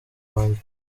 wange